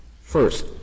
First